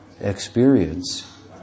experience